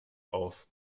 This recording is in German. auf